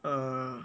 uh